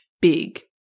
big